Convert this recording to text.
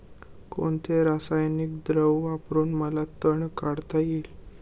कोणते रासायनिक द्रव वापरून मला तण काढता येईल?